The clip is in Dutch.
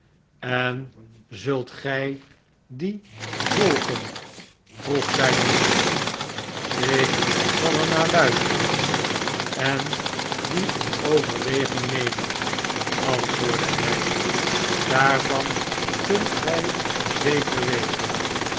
en zult gij dien volgen vroeg zijne nicht ik zal er naar luisteren en dien in overwegmg nemen antwoordde hij daarvan kunt gij zeker wezen